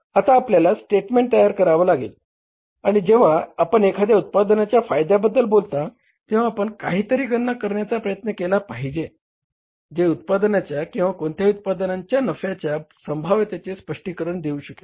आता आपल्याला स्टेटमेंट तयार करावा लागेल आणि जेव्हा आपण एखाद्या उत्पादनाच्या फायद्याबद्दल बोलता तेंव्हा आपण काहीतरी गणना करण्याचा प्रयत्न केला पाहिजे जे उत्पादनाच्या किंवा कोणत्याही उत्पादनांच्या नफ्याच्या संभाव्यतेचे स्पष्टीकरण देऊ शकेल